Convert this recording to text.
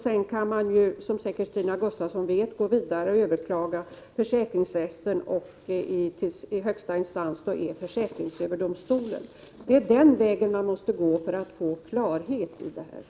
Sedan kan man, som Stina Gustavsson säkert vet, gå vidare och överklaga tills man kommit till högsta instans, som är försäkringsöverdomstolen. Det är den vägen man måste gå för att få klarhet i denna fråga.